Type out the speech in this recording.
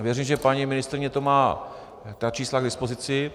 Věřím, že paní ministryně má ta čísla k dispozici.